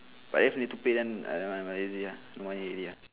but if need to pay then I don't mind easier more easier